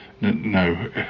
No